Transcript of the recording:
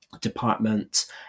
department